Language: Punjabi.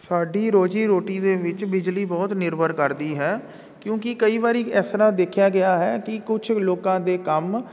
ਸਾਡੀ ਰੋਜ਼ੀ ਰੋਟੀ ਦੇ ਵਿੱਚ ਬਿਜਲੀ ਬਹੁਤ ਨਿਰਭਰ ਕਰਦੀ ਹੈ ਕਿਉਂਕਿ ਕਈ ਵਾਰੀ ਇਸ ਤਰ੍ਹਾਂ ਦੇਖਿਆ ਗਿਆ ਹੈ ਕਿ ਕੁਛ ਲੋਕਾਂ ਦੇ ਕੰਮ